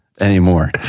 anymore